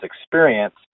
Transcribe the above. experience